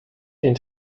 den